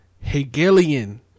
Hegelian